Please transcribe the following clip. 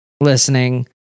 listening